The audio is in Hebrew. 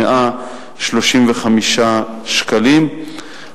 135 שקלים.